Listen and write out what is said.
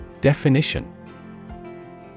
Definition